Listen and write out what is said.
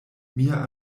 mia